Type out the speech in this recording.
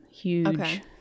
huge